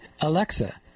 Alexa